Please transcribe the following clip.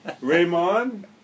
Raymond